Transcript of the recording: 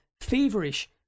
feverish